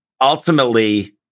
ultimately